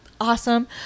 awesome